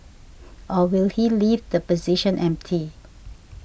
or will he leave the position empty